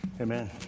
Amen